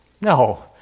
No